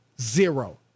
zero